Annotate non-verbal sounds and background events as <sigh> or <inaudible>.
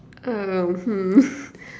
um hmm <laughs>